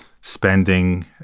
spending